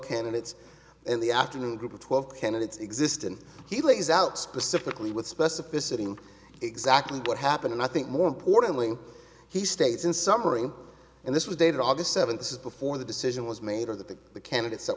candidates in the afternoon group of twelve candidates exist and he lays out specifically with specificity exactly what happened and i think more importantly he states in summary in this was dated august seventh this is before the decision was made or that the candidates that